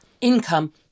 income